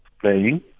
playing